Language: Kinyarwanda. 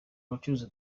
bucuruzi